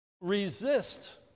resist